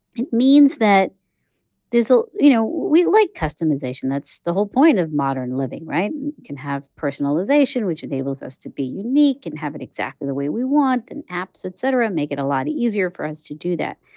it means that this'll you know, we like customization. that's the whole point of modern living, right? you can have personalization, which enables us to be unique and have it exactly the way we want. and apps, et cetera, make it a lot easier for us to do that.